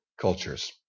cultures